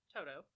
Toto